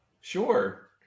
Sure